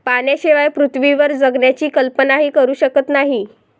पाण्याशिवाय पृथ्वीवर जगण्याची कल्पनाही करू शकत नाही